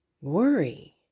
worry